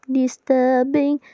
disturbing